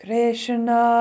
Krishna